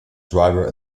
driver